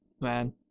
Man